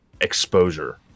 exposure